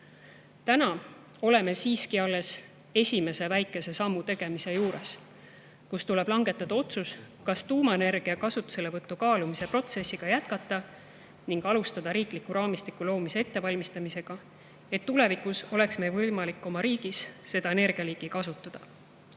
Täna oleme siiski alles esimese väikese sammu tegemise juures: tuleb langetada otsus, kas tuumaenergia kasutuselevõtu kaalumise protsessi jätkata ning alustada riikliku raamistiku loomise ettevalmistamist, et tulevikus oleks meil võimalik oma riigis seda liiki energiat kasutada